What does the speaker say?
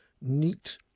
neat